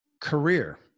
Career